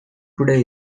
today